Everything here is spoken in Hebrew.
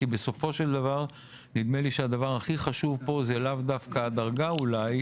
כי בסופו של דבר נדמה לי שהדבר הכי חשוב פה זה לאו דווקא הדרגה אולי,